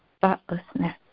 thoughtlessness